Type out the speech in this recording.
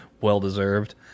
well-deserved